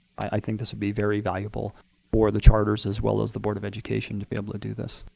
i think this would be very valuable for the charters as well as the board of education to be able to do this.